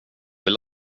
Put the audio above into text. vill